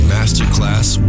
Masterclass